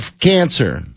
cancer